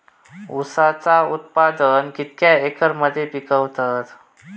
ऊसाचा उत्पादन कितक्या एकर मध्ये पिकवतत?